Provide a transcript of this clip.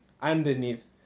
underneath